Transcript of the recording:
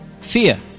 Fear